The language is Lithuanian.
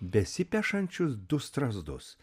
besipešančius du strazdus